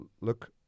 look